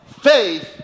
faith